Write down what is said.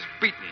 beaten